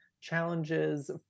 challenges